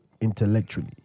intellectually